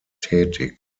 tätig